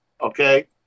Okay